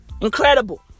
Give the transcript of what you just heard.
Incredible